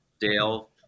Dale